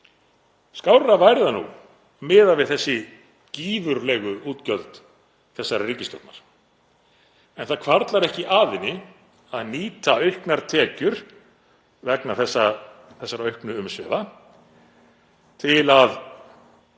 Skárra væri það nú miðað við þessi gífurlegu útgjöld ríkisstjórnarinnar. En það hvarflar ekki að henni að nýta auknar tekjur vegna þessara auknu umsvifa til að